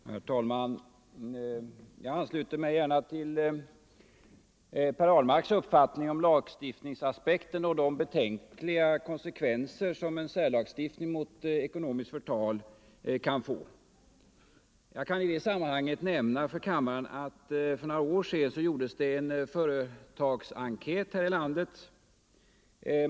Herr talman! Jag ansluter mig gärna till herr Ahlmarks uppfattning om lagstiftningsaspekten och de betänkliga konsekvenser som en särlagstiftning mot ekonomiskt förtal kan få. Jag kan i det sammanhanget nämna för kammaren att det för några år sedan gjordes en företagsenkät här i landet.